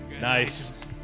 Nice